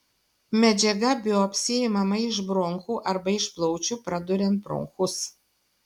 medžiaga biopsijai imama iš bronchų arba iš plaučių praduriant bronchus